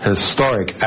historic